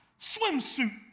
Swimsuit